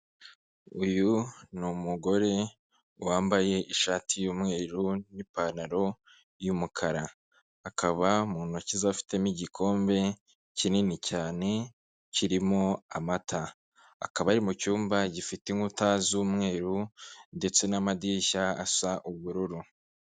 Uyu ni umugore wambaye ishati y'umweru n'ipantaro y'umukara. Akaba mu ntoki ze afitemo igikombe kinini cyane, kirimo amata. Akaba ari mu cyumba gifite inkuta z'umweru ndetse n'amadirishya asa ubururu.